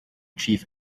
chief